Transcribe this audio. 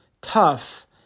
tough